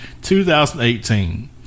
2018